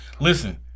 Listen